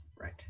Right